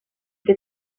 que